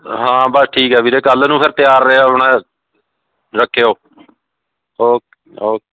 ਹਾਂ ਬਸ ਠੀਕ ਆ ਵੀਰੇ ਕੱਲ੍ਹ ਨੂੰ ਫਿਰ ਤਿਆਰ ਰਹੋ ਆਪਣਾ ਰੱਖਿਓ ਓਕੇ ਓਕੇ